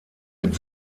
mit